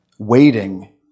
Waiting